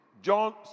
John